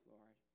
Lord